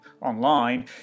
online